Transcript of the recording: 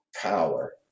power